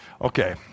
Okay